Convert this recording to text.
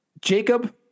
Jacob